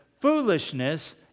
foolishness